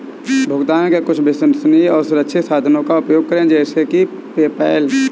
भुगतान के कुछ विश्वसनीय और सुरक्षित साधनों का उपयोग करें जैसे कि पेपैल